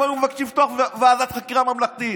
היו מבקשים לפתוח ועדת חקירה ממלכתית.